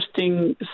interesting